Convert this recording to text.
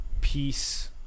peace